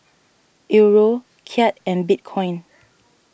Euro Kyat and Bitcoin